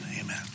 amen